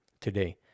today